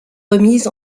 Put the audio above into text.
remises